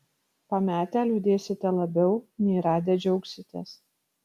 pametę liūdėsite labiau nei radę džiaugsitės